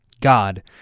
God